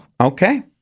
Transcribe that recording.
Okay